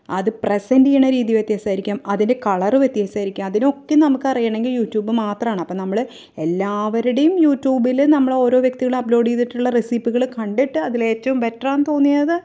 അത് പ്രസൻറ്റ് ചെയ്യുന്ന രീതി വ്യത്യാസമായിരിക്കാം അതിന്റെ കളര് വ്യത്യാസമായിരിക്കാം അതിനൊക്കെ നമുക്കറിയണമെങ്കില് യൂടുബ് മാത്രമാണ് അപ്പോൾ നമ്മൾ എല്ലാവരുടെയും യൂടുബില് നമ്മൾ ഓരോ വ്യക്തികൾ അപ്ലോഡ് ചെയ്തിട്ടുള്ള റെസിപീകള് കണ്ടിട്ട് അതിലേറ്റവും ബെറ്റരാണെന്നു തോന്നിയത്